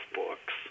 books